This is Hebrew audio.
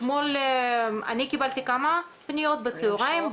אתמול אני קיבלתי כמה פניות בצוהריים.